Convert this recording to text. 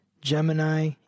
Gemini